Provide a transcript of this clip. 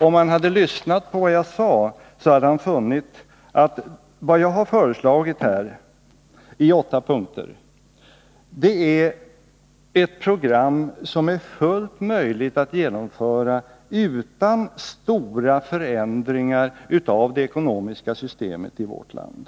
Om han hade lyssnat på vad jag sade, hade han funnit att det jag här har föreslagit i åtta punkter är ett program som är fullt möjligt att genomföra utan stora förändringar av det ekonomiska systemet i vårt land.